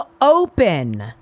open